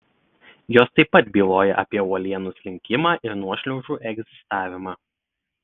jos taip pat byloja apie uolienų slinkimą ir nuošliaužų egzistavimą